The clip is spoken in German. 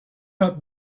hat